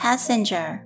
Passenger